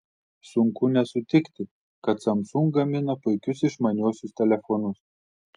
sunku nesutikti kad samsung gamina puikius išmaniuosius telefonus